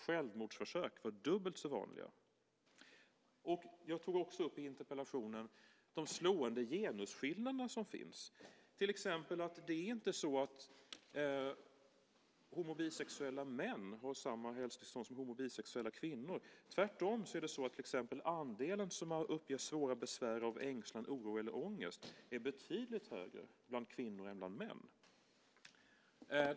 Självmordsförsök är dubbelt så vanliga. I interpellationen tog jag också upp de slående genusskillnader som finns. Det är till exempel inte så att homo och bisexuella män har samma hälsotillstånd som homo och bisexuella kvinnor. Tvärtom är till exempel andelen som har uppgett svåra besvär av ängslan, oro eller ångest betydligt högre bland kvinnor än bland män.